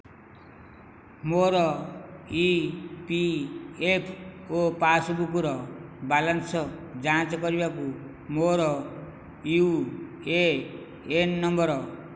ମୋର E P F O ପାସ୍ବୁକ୍ର balance ଯାଞ୍ଚ କରିବାକୁ ମୋର ୟୁ ଏ ଏନ୍ ନମ୍ବର